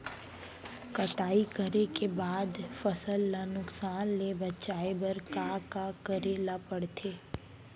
कटाई करे के बाद फसल ल नुकसान ले बचाये बर का का करे ल पड़थे?